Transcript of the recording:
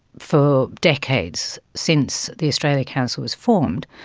for decades, since the australia council was formed,